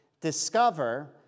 discover